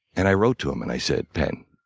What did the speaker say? and i wrote to him and i said, penn,